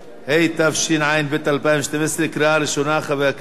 התשע"ב 2012, קריאה ראשונה, חברת הכנסת